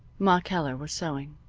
ma keller was sewing.